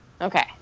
Okay